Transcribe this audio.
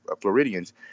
Floridians